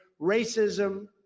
racism